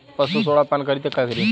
पशु सोडा पान करी त का करी?